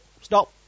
stop